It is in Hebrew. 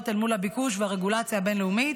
אל מול הביקוש והרגולציה הבין-לאומית,